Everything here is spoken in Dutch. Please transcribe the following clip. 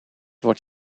wordt